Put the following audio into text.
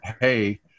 hey